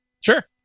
Sure